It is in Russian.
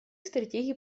стратегии